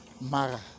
Mara